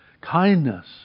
kindness